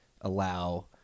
allow